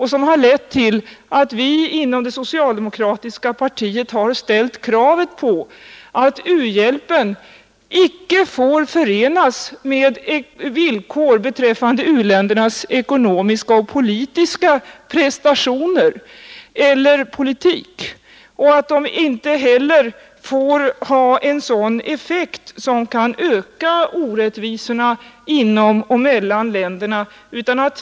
Den har lett till att vi inom det socialdemokratiska partiet ställt kravet att u-hjälpen icke får förenas med villkor beträffande u-ländernas ekonomiska och politiska prestationer eller politik och att den inte heller får ha en sådan effekt att den ökar orättvisorna inom eller mellan länderna.